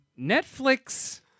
Netflix